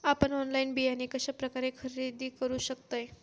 आपन ऑनलाइन बियाणे कश्या प्रकारे खरेदी करू शकतय?